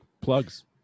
plugs